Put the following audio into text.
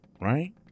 right